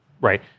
right